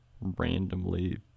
randomly